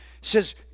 says